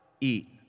eat